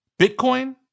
Bitcoin